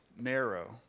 Narrow